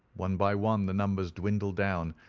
one by one the numbers dwindled down,